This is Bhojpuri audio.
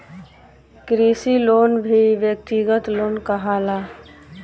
कृषि लोन भी व्यक्तिगत लोन कहाला